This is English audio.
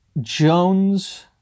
Jones